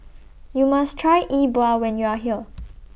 YOU must Try E Bua when YOU Are here